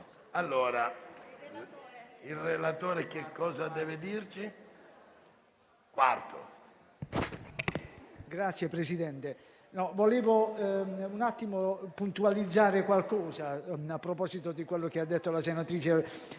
Signor Presidente, vorrei puntualizzare qualcosa a proposito di quello che ha detto la senatrice